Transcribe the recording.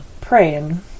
praying